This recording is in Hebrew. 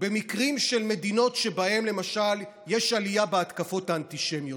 במקרים של מדינות שבהן יש למשל עלייה בהתקפות האנטישמיות,